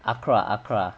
ACRA ACRA